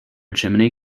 chimney